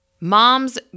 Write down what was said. Moms